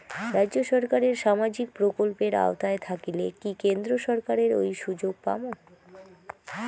রাজ্য সরকারের সামাজিক প্রকল্পের আওতায় থাকিলে কি কেন্দ্র সরকারের ওই সুযোগ পামু?